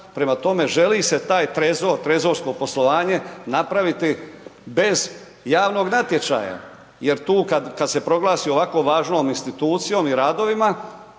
prema tome želi se taj trezor, trezorsko poslovanje napraviti bez javnog natječaja jer tu kad, kad se proglasi ovako važnom institucijom i radovima,